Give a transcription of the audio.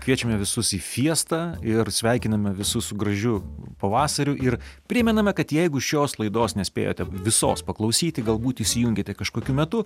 kviečiame visus į fiestą ir sveikiname visus su gražiu pavasariu ir primename kad jeigu šios laidos nespėjote visos paklausyti galbūt įsijungėte kažkokiu metu